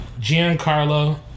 Giancarlo